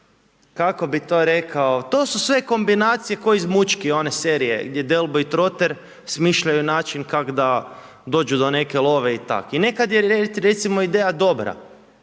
kako bih to rekao, to su sve kombinacije kao iz Mučki one serije gdje Delboy i Troter smišljaju način kak da dođu do neke love i tak. I nekad je recimo ideja dobra